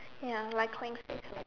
ya like queen spades may be